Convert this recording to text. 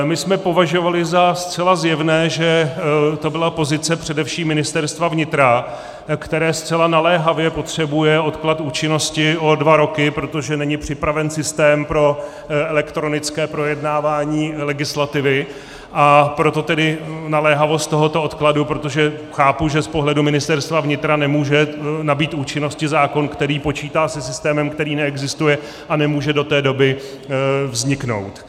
My jsme považovali za zcela zjevné, že to byla pozice především Ministerstva vnitra, které zcela naléhavě potřebuje odklad účinnosti o dva roky, protože není připraven systém pro elektronické projednávání legislativy, a proto tedy naléhavost tohoto odkladu, protože chápu, že z pohledu Ministerstva vnitra nemůže nabýt účinnosti zákon, který počítá se systémem, který neexistuje a nemůže do té doby vzniknout.